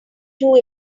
too